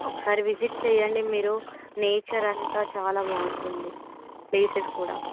ఒకసారి విజిట్ చెయ్యండి మీరు నేచర్ అంతా చాలా బాగుంటుంది ప్లేసెస్ కూడా